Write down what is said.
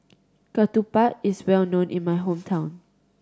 ketupat is well known in my hometown